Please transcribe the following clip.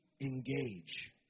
engage